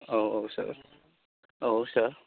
औ सार औ सार